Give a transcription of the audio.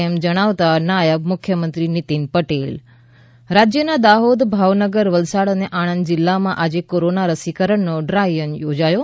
તેમજ જણાવતા નાયબ મુખ્યમંત્રી નીતિન પટેલ ૈ રાજ્યના દાહોદ ભાવનગર વલસાડ અને આણંદ જિલ્લાઓમાં આજે કોરોના રસીકરણનો ડ્રાયરન યોજાયો